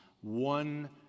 one